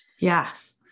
Yes